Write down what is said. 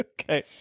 Okay